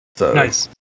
Nice